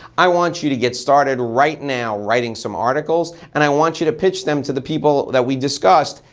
i want you to get started right now writing some articles and i want you to pitch them to the people that we discussed,